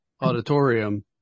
auditorium